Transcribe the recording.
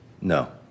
No